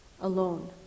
alone